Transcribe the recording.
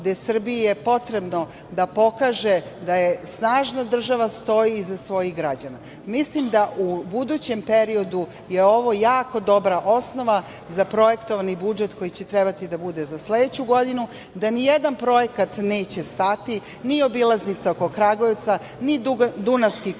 je Srbiji potrebno da pokaže da je snažna država i stoji iza svojih građana. Mislim da u budućem periodu je ovo jako dobra osnova za projektovani budžet koji će trebati da bude za sledeću godinu, da nijedan projekat neće stati, ni obilaznica oko Kragujevca, ni Dunavski koridor,